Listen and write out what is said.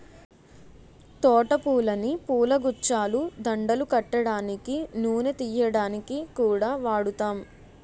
తోట పూలని పూలగుచ్చాలు, దండలు కట్టడానికి, నూనె తియ్యడానికి కూడా వాడుతాం